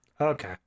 okay